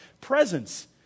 presence